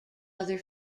other